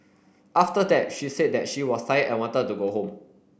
after that she said that she was tired and wanted to go home